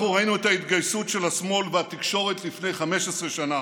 אנחנו ראינו את ההתגייסות של השמאל והתקשורת לפני 15 שנה,